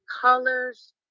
colors